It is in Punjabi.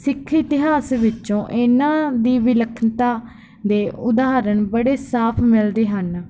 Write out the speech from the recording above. ਸਿੱਖ ਇਤਿਹਾਸ ਵਿੱਚੋਂ ਇਨ੍ਹਾਂ ਦੀ ਵਿਲੱਖਣਤਾ ਦੇ ਉਦਾਹਰਣ ਬੜੇ ਸਾਫ਼ ਮਿਲਦੇ ਹਨ